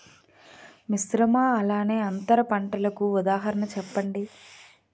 మిశ్రమ అలానే అంతర పంటలకు ఉదాహరణ చెప్పండి?